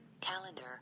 calendar